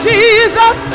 Jesus